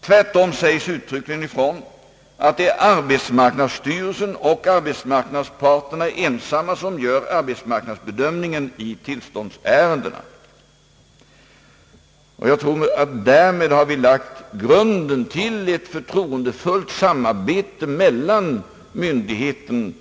Tvärtom sägs uttryckligen ifrån att det är arbetsmarknadsparterna ensamma som gör arbetsmarknadsbedömningen i tillståndsärenden. Jag tror att vi därmed har lagt grunden till ett förtroendefullt samarbete mellan